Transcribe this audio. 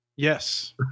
Yes